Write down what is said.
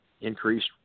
increased